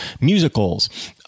musicals